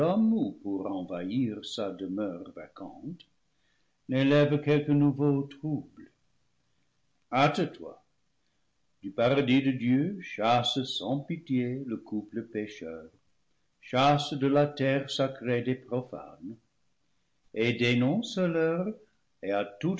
pour envahir sa demeure vacante n'élève quelque nouveau trouble hâte-toi du paradis de dieu chasse sans pitié le couple pécheur chasse de la terre sacrée des profanes et dénonce leur et à toute